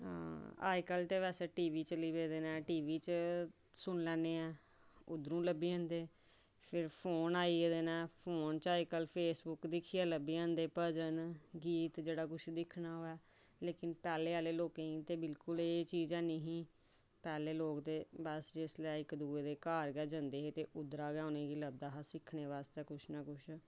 अजकल्ल बैसे ते टी वी चली पेदे न टी वी च सुनी लैने उद्धरू लब्भी जंदे फोन आई गेदे न ते फोन च अजकल्ल फेसबुक च दिक्खियै ते भजन गीत जेह्ड़ा कुछ तुसें दिक्खना होऐ लेकिन पैह्लें आह्लें लोकें गी ते बिलकुल एह् चीज ऐनी ही पैह्लें लोक ते इक दुए दुजे घर गै जंदे हे ते उ'नें गी लभदा हा सिक्खनै आस्तै कुछ ना कुछ